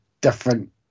different